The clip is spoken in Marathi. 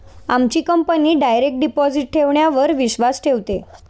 आमची कंपनी डायरेक्ट डिपॉजिट ठेवण्यावर विश्वास ठेवते